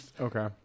Okay